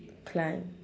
climb